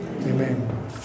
Amen